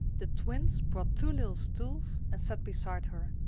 the twins brought two little stools and sat beside her,